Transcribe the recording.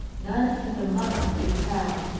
none but the monks could tell.